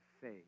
faith